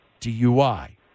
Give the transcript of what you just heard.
DUI